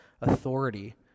authority